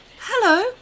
Hello